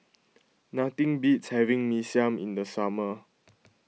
nothing beats having Mee Siam in the summer